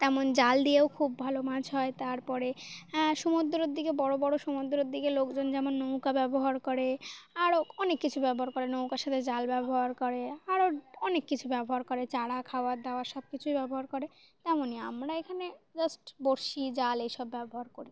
তেমন জাল দিয়েও খুব ভালো মাছ হয় তারপরে সমুদ্রের দিকে বড়ো বড়ো সমুদ্রের দিকে লোকজন যেমন নৌকা ব্যবহার করে আরও অনেক কিছু ব্যবহার করে নৌকার সাথে জাল ব্যবহার করে আরও অনেক কিছু ব্যবহার করে চারা খাওয়ার দাওয়া সব কিছুই ব্যবহার করে তেমনই আমরা এখানে জাস্ট বরশি জাল এইসব ব্যবহার করি